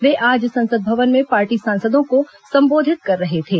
वे आज संसद भवन में पार्टी सांसदों को संबोधित कर रहे थे